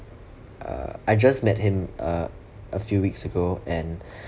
uh I just met him uh a few weeks ago and